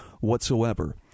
whatsoever